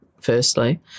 firstly